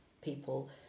people